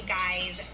guys